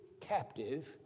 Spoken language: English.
captive